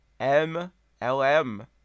mlm